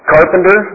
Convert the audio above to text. Carpenter